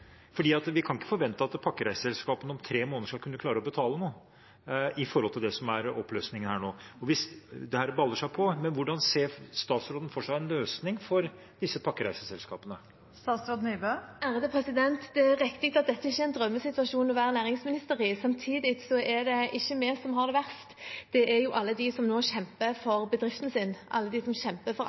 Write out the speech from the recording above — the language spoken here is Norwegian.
vi kan ikke forvente at pakkereiseselskapene om tre måneder skal kunne klare å betale noe, sett i forhold til det som er løsningen her nå, hvis dette baller på seg. Hvordan ser statsråden for seg en løsning for disse pakkereiseselskapene? Det er riktig at dette ikke er en drømmesituasjon å være næringsminister i. Samtidig er det ikke vi som har det verst; det er jo alle de som nå kjemper for bedriften sin, alle de som kjemper for